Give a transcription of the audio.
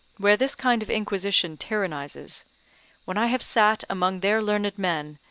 where this kind of inquisition tyrannizes when i have sat among their learned men,